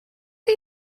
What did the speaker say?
chi